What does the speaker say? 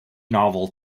novel